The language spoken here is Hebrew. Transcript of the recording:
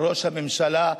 ראש הממשלה,